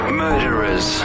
murderers